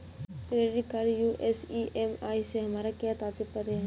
Credit card US EMI से हमारा क्या तात्पर्य है?